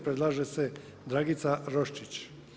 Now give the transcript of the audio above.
predlaže se Dragica Roščić.